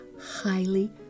highly